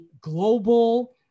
global